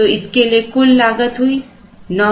तो इसके लिए कुल लागत हुई 970000